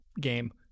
game